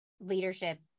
leadership